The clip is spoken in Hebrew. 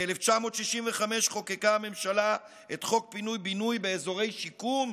ב-1965 חוקקה הממשלה את חוק פינוי-בינוי באזורי שיקום,